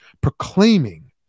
proclaiming